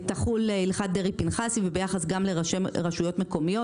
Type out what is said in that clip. הלכת דרעי-פנחסי וביחס גם לרשויות מקומיות,